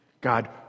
God